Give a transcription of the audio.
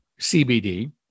CBD